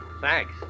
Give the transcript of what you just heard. Thanks